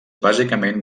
bàsicament